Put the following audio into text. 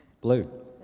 Blue